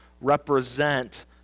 represent